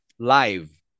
Live